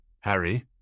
Harry